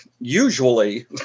usually